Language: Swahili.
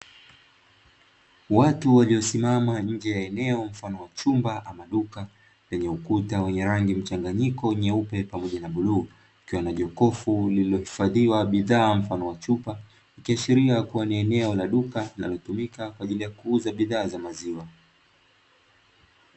Watu waliosimama nje ya eneo mfano wa chumba ama duka, lenye ukuta wenye rangi mchanganyiko nyeupe pamoja na bluu, likiwa na jokofu lilihifadhiwa bidhaa mfano wa chupa. Ikiashiria kuwa ni eneo la duka linalotumika kwa ajili kuuza bidhaa za maziwa.